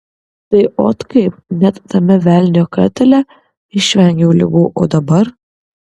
tai ot kaip net tame velnio katile išvengiau ligų o dabar